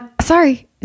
sorry